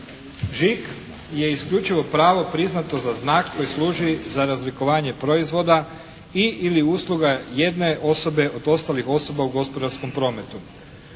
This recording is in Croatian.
Žig je isključivo pravo priznato za znak koji služi za razlikovanje proizvoda i ili usluga jedne osobe od ostalih osoba u gospodarskom prometu.